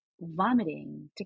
vomiting